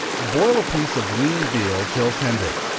boil a piece of lean veal till tender.